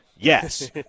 Yes